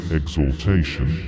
exaltation